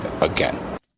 again